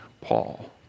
Paul